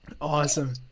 Awesome